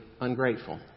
ungrateful